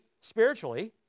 spiritually